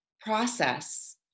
process